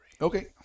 Okay